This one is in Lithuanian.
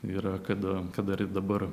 yra kad kad dar ir dabar